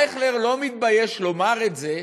אייכלר לא מתבייש לומר את זה,